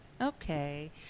Okay